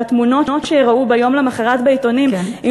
שהתמונות שייראו ביום למחרת בעיתונים,